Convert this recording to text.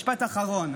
משפט אחרון.